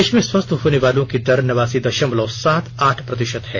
देश में स्वस्थ होने वालों की दर नवासी दशमलव सात आठ प्रतिशत है